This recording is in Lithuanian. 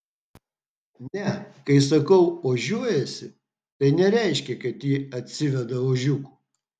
ne kai sakau ožiuojasi tai nereiškia kad ji atsiveda ožiukų